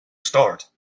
start